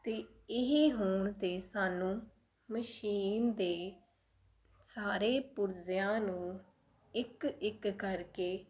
ਅਤੇ ਇਹ ਹੋਣ 'ਤੇ ਸਾਨੂੰ ਮਸ਼ੀਨ ਦੇ ਸਾਰੇ ਪੁਰਜ਼ਿਆਂ ਨੂੰ ਇੱਕ ਇੱਕ ਕਰਕੇ